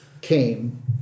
came